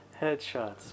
Headshots